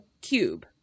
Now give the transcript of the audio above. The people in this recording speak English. cube